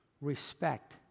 respect